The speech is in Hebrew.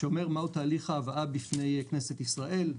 שאומר מהו תהליך ההבאה בפני כנסת ישראל,